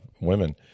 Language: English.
women